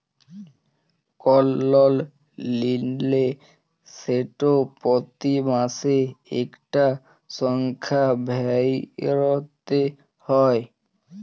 call লল লিলে সেট পতি মাসে ইকটা সংখ্যা ভ্যইরতে হ্যয়